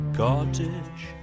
cottage